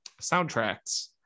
soundtracks